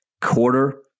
quarter